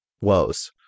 woes